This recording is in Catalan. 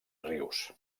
rius